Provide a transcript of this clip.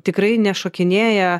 tikrai nešokinėja